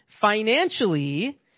financially